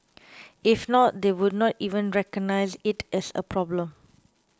if not they would not even recognise it as a problem